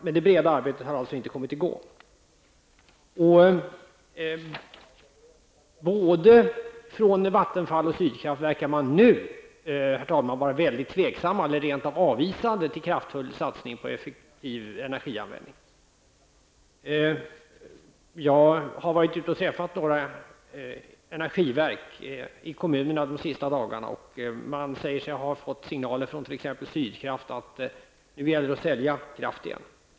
Men det breda arbetet har inte kommit i gång. Både från Vattenfalls och Sydkrafts sida verkar man nu vara mycket tveksam, eller rent av avvisande till kraftfulla satsningar på effektivare energianvändning. Jag har träffat representanter för energiverk ute i kommunerna de senaste dagarna. De säger sig ha fått signaler från t.ex. Sydkraft att nu gäller det att sälja kraft igen.